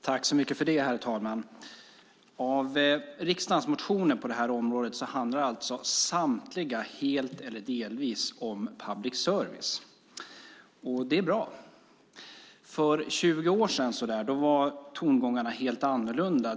Herr talman! Av riksdagens motioner på det här området handlar alltså samtliga helt eller delvis om public service. Det är bra. För 20 år sedan ungefär var tongångarna helt annorlunda.